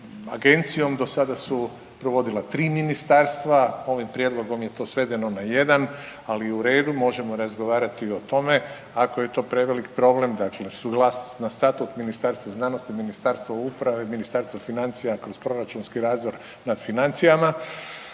agencijom do sada su provodila 3 ministarstva, ovim prijedlogom je to svedeno na jedan, ali u redu možemo razgovarati i o tome ako je to prevelik problem. Dakle, suglasnost na statut Ministarstvo znanosti, Ministarstvo uprave, Ministarstvo financija kroz proračunski …/nerazumljivo/… nad financijama.